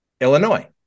Illinois